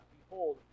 Behold